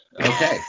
Okay